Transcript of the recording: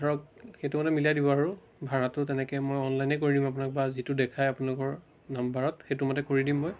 ধৰক সেইটো মানে মিলাই দিব আৰু ভাড়াটো তেনেকৈ মই অনলাইনেই কৰি দিম আপোনাক বা যিটো দেখাই আপোনালোকৰ নাম্বাৰত সেইটো মতে কৰি দিম মই